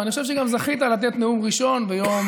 ואני חושב שגם זכית לתת נאום ראשון ביום